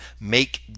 make